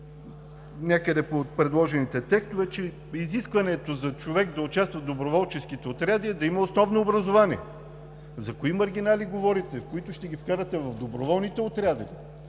някъде от предложените текстове, че изискването за човек да участва в доброволческите отряди е да има основно образование. За кои маргинали говорите? Които ще ги вкарате в доброволните отряди